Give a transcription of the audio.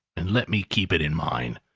and let me keep it in mine.